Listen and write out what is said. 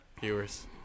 viewers